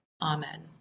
amen